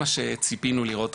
מה שציפינו לראות,